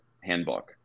Handbook